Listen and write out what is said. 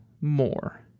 more